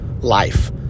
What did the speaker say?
life